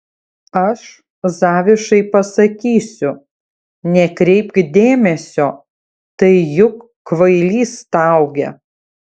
aš zavišai pasakysiu nekreipk dėmesio tai juk kvailys staugia